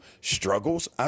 struggles